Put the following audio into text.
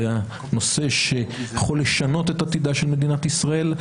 זה נושא שיכול לשנות את עתידה של מדינת ישראל,